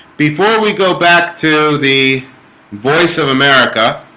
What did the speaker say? before we go back to the voice of america